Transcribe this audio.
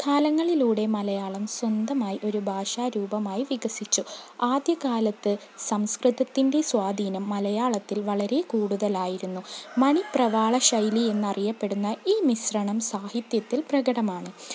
കാലങ്ങളിലൂടെ മലയാളം സ്വന്തമായി ഒരു ഭാഷാരൂപമായി വികസിച്ചു ആദ്യകാലത്ത് സംസ്കൃതത്തിൻ്റെ സ്വാധീനം മലയാളത്തിൽ വളരെ കൂടുതലായിരുന്നു മണിപ്രവാള ശൈലി എന്നറിയപ്പെടുന്ന ഈ മിശ്രണം സാഹിത്യത്തിൽ പ്രകടമാണ്